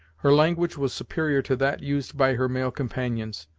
her language was superior to that used by her male companions,